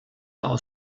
aus